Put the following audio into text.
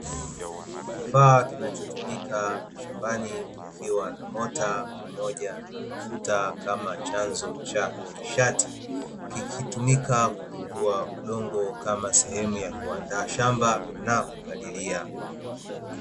Kifaa kinachotumika shambani kikiwa na mota pamoja na mafuta kama chanzo cha nishati. Kikitumika kupindua udongo kama sehemu ya kuandaa shamba na kuapalilia.